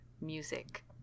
music